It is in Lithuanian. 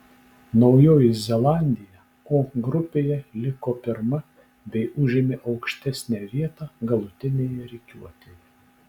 naujoji zelandija o grupėje liko pirma bei užėmė aukštesnę vietą galutinėje rikiuotėje